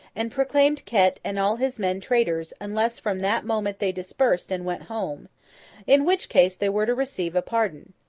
and proclaimed ket and all his men traitors, unless from that moment they dispersed and went home in which case they were to receive a pardon.